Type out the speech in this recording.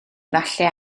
efallai